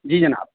جی جناب